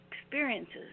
experiences